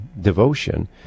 devotion